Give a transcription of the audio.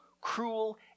cruel